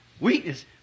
Weakness